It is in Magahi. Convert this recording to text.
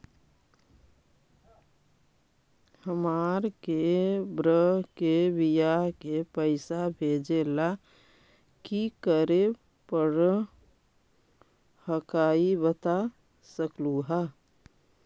हमार के बह्र के बियाह के पैसा भेजे ला की करे परो हकाई बता सकलुहा?